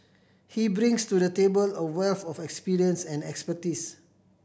he brings to the table a wealth of experience and expertise